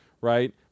right